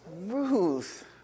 Ruth